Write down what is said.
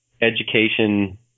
education